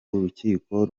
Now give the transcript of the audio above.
urukiko